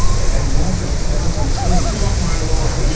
like i want the physical thing. get off my lawn! yeah